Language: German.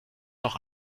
noch